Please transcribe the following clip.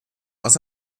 aus